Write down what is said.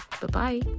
Bye-bye